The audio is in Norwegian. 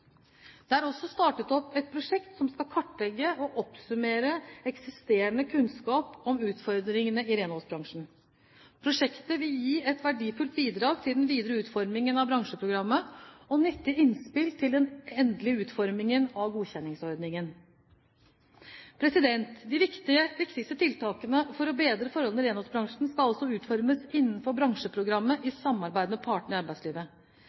Det er også startet opp et prosjekt som skal kartlegge og oppsummere eksisterende kunnskap om utfordringene i renholdsbransjen. Prosjektet vil gi et verdifullt bidrag til den videre utformingen av bransjeprogrammet og et nyttig innspill til den endelige utformingen av godkjenningsordningen. De viktigste tiltakene for å bedre forholdene i renholdsbransjen skal altså utformes innenfor bransjeprogrammet i samarbeid med partene i arbeidslivet.